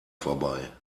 vorbei